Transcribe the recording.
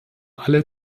alle